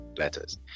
letters